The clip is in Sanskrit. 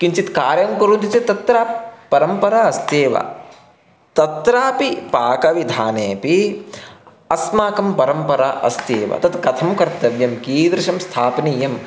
किञ्चित् कार्यं कुर्वन्ति चेत् तत्र परम्परा अस्त्येव तत्रापि पाकविधानेऽपि अस्माकं परम्परा अस्त्येव तत् कथं कर्तव्यं कीदृशं स्थापनीयं